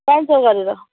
पाँच सय गरेर